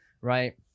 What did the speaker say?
right